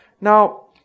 Now